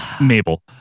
Mabel